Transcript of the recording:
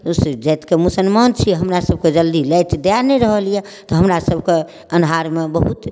ओसभ जातिके मुसलमान छिए हमरासबके जल्दी लाइट दऽ नहि रहल अइ तऽ हमरासभके अन्हारमे बहुत